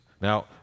Now